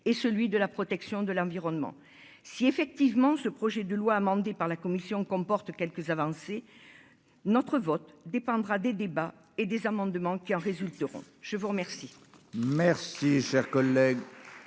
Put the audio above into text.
et celui de la protection de l'environnement si effectivement ce projet de loi amendée par la commission comporte quelques avancées notre vote dépendra des débats et des amendes de qui en résulteront, je vous remercie.